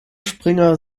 springer